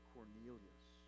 Cornelius